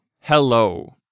Hello